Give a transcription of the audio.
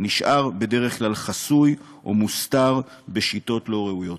נשאר בדרך כלל חסוי או מוסתר בשיטות לא ראויות.